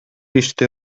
иште